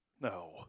No